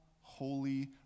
holy